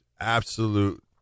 absolute